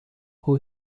who